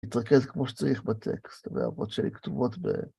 ‫להתרכז כמו שצריך בטקסט ‫והערות שלי כתובות ב...